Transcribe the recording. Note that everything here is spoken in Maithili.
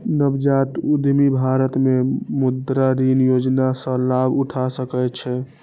नवजात उद्यमी भारत मे मुद्रा ऋण योजना सं लाभ उठा सकै छै